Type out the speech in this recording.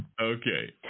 Okay